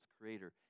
creator